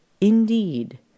indeed